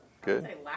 good